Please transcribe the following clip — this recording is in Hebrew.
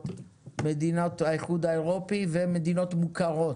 מדינות האיחוד האירופי ומדינות מוכרות.